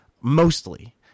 Mostly